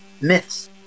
myths